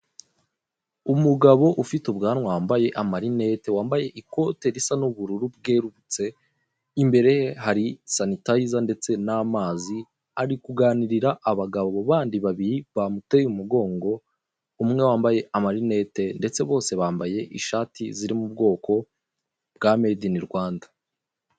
Umugabo ufite ubwanwa wambaye amarinete, wambaye ikote risa n'ubururu bwerurutse, imbere ye hari sanitayiza ndetse n'amazi, ari kuganirira abagabo bandi babiri bamuteye umugongo; umwe wambaye amarinete ndetse bose bambaye ishati ziri mu bwoko bwa meyidi ini Rwanda.